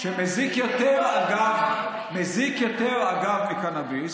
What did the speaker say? ואם אפשר היה לעשן, שמזיקות יותר, אגב, מקנביס.